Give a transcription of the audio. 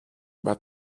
about